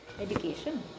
Education